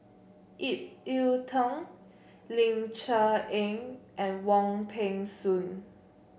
Ip Yiu Tung Ling Cher Eng and Wong Peng Soon